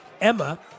Emma